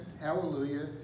hallelujah